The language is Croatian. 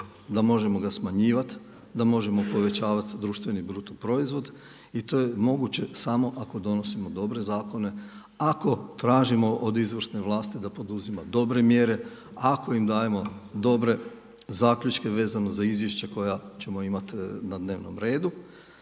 da možemo ga smanjivati, da možemo povećavati društveni brutoproizvod i to je moguće samo ako donosimo dobre zakone, ako tražimo od izvršne vlasti da poduzima dobre mjere, ako im dajemo dobre zaključke vezano za izvješća koja ćemo imati na dnevnom redu.